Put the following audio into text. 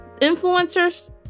influencers